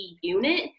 unit